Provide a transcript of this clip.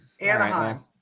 Anaheim